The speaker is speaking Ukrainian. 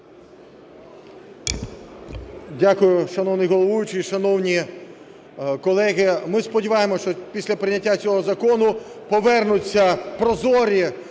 Дякую, шановний головуючий. Шановні колеги, ми сподіваємось, що після прийняття цього закону повернуться прозорі